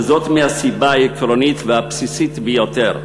מהסיבה העקרונית והבסיסית ביותר: